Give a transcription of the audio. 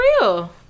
real